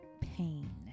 pain